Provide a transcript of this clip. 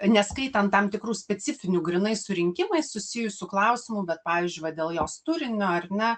neskaitant tam tikrų specifinių grynai su rinkimais susijusių klausimų bet pavyzdžiui va dėl jos turinio ar ne